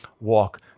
walk